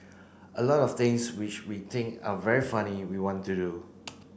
a lot of things which we think are very funny we want to do